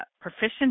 proficient